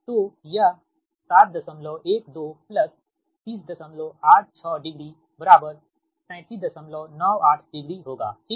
तो यह 712 30860 3798 डिग्री होगा ठीक